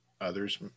others